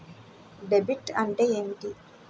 Debit అంటే ఏమిటి?